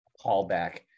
callback